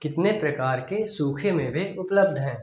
कितने प्रकार के सूखे मेवे उपलब्ध हैं